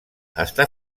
està